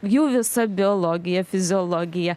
jų visa biologija fiziologija